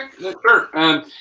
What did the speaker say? sure